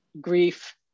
grief